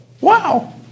Wow